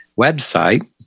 website